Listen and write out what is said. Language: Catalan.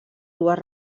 dues